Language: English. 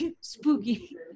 Spooky